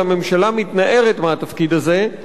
אבל הממשלה מתנערת מהתפקיד הזה,